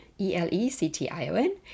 E-L-E-C-T-I-O-N